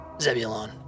Zebulon